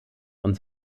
und